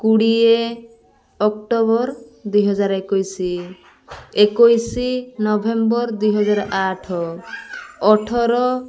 କୋଡ଼ିଏ ଅକ୍ଟୋବର ଦୁଇହଜାର ଏକୋଇଶ ଏକୋଇଶ ନଭେମ୍ବର ଦୁଇହଜାର ଆଠ ଅଠର